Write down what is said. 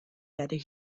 werde